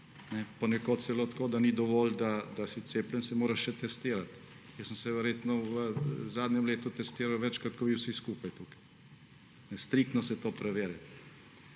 Ponekod celo tako, da ni dovolj, da si cepljen, se moraš se testirati. Jaz sem se verjetno v zadnjem letu testiral večkrat kot vi vsi skupaj tukaj. Striktno se to preverja.